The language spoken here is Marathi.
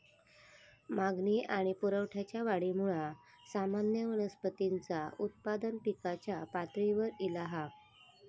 मागणी आणि पुरवठ्याच्या वाढीमुळा सामान्य वनस्पतींचा उत्पादन पिकाच्या पातळीवर ईला हा